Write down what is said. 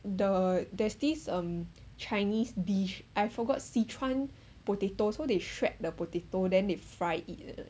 the there's this um chinese dish I forgot szechuan potato so they shred the potato then they fry it